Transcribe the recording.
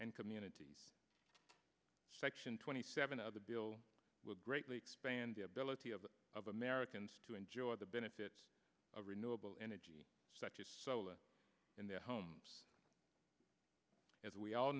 and communities section twenty seven of the bill will greatly expand the ability of americans to enjoy the benefits of renewable energy such as solar in their home as we all